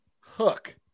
hook